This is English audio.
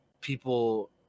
people